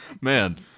Man